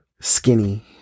skinny